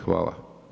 Hvala.